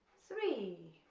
three